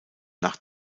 nach